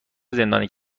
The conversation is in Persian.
زندانی